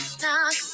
knock